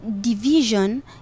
division